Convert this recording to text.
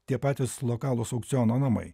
tie patys lokalūs aukciono namai